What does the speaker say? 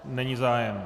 Není zájem.